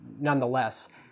nonetheless